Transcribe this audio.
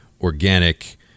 organic